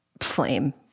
flame